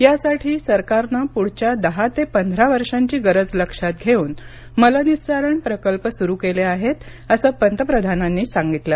यासाठी सरकारनं पुढच्या दहा ते पंधरा वर्षांची गरज लक्षात घेऊन मलनिःसारण प्रकल्प सुरू केले आहेत असं पंतप्रधानांनी सांगितलं